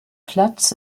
platz